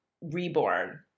reborn